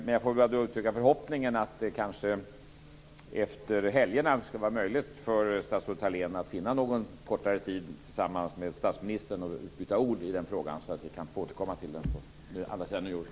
Men jag får uttrycka förhoppningen att det kanske efter helgen ska vara möjligt för statsrådet Thalén att finna någon kortare tid att med statsministern byta ord i denna fråga så att vi kan få återkomma till den på andra sidan jul.